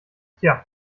tja